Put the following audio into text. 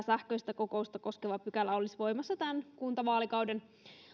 sähköistä kokousta koskeva pykälä olisi voimassa tämän kuntavaalikauden